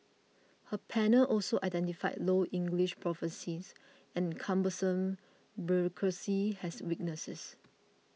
her panel also identified low English proficiency and cumbersome bureaucracy as weaknesses